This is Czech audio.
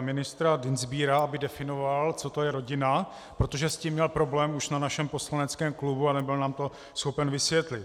ministra Dienstbiera, aby definoval, co to je rodina, protože s tím měl problém už na našem poslaneckém klubu a nebyl nám to schopen vysvětlit.